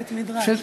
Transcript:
בבית-מדרש.